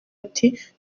ati